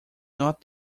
not